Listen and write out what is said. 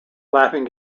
laughing